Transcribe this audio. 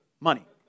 money